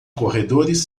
corredores